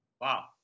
wow